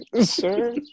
sir